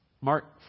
Mark